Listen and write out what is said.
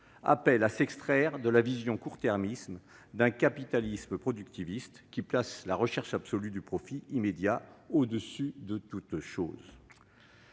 appellent à s'extraire de la vision court-termiste d'un capitalisme productiviste qui place la recherche absolue du profit immédiat au-dessus de toute chose.